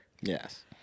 yes